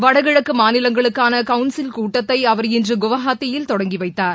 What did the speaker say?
வடகிழக்கு மாநிலங்களுக்கான கவுன்சில் கூட்டத்தை அவர் இன்று குவஹாத்தியில் தொடங்கி வைத்தார்